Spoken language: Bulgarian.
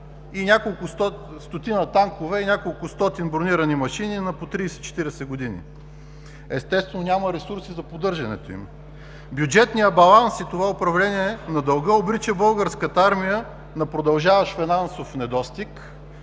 завидните стотина танкове и няколкостотин бронирани машини на по 30 – 40 години. Естествено, няма ресурси за поддържането им. Бюджетният баланс и това управление на дълга обрича Българската армия на продължаващ финансов недостиг